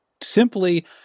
simply